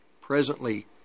presently